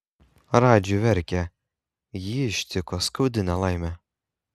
radži verkia jį ištiko skaudi nelaimė